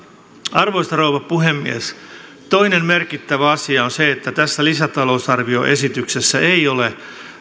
arvoisa rouva puhemies toinen merkittävä asia on se että tässä lisätalousarvioesityksessä ei ole